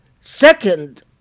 Second